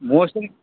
motion